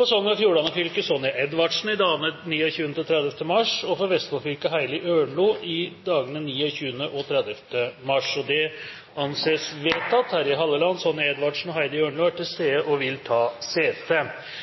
For Sogn og Fjordane fylke: Sonja Edvardsen i dagene 29. og 30. mars For Vestfold fylke: Heidi Ørnlo i dagene 29. og 30. mars Terje Halleland, Sonja Edvardsen og Heidi Ørnlo er til stede og vil ta sete.